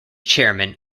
chairman